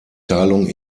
teilung